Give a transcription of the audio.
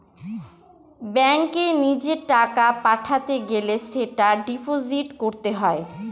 ব্যাঙ্কে নিজের টাকা পাঠাতে গেলে সেটা ডিপোজিট করতে হয়